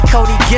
Cody